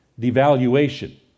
devaluation